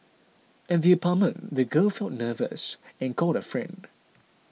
at the apartment the girl felt nervous and called a friend